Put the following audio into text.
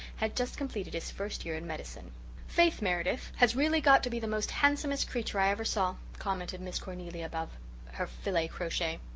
had just completed his first year in medicine faith meredith has really got to be the most handsomest creature i ever saw, commented miss cornelia above her filet crochet.